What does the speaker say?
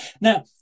Now